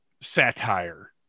satire